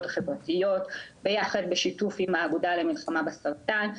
החברתיות בשיתוף עם האגודה למלחמה בסרטן,